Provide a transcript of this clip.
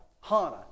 Hana